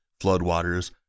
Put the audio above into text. floodwaters